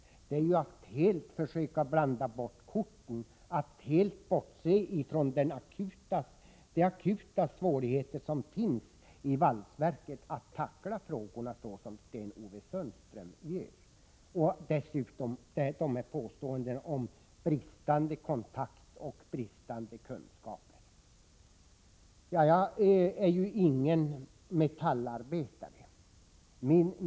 Att tackla frågorna såsom Sten-Ove Sundström gör är att försöka blanda bort korten och helt bortse från de akuta svårigheter som finns i valsverket. När det gäller påståendena om bristande kontakt och bristande kunskaper vill jag bara säga följande. Jag är ingen metallarbetare.